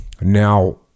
Now